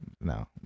No